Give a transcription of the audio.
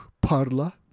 Parla